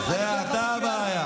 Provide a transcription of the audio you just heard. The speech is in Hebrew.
אתה אומר לי?